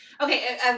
Okay